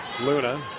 Luna